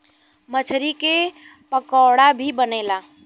मछरी के पकोड़ा भी बनेला